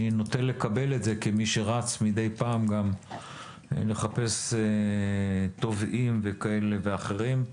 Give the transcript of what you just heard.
אני נוטה לקבל את זה כמי שרץ מדי פעם לחפש טובעים כאלה ואחרים.